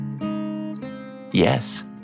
Yes